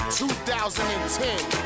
2010